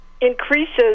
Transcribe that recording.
increases